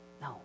No